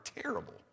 terrible